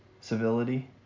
Civility